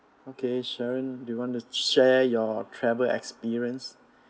okay sharon do you want to share your travel experience